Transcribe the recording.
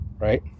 Right